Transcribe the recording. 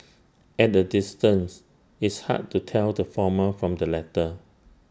at A distance it's hard to tell the former from the latter